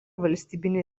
valstybinė